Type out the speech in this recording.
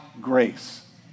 grace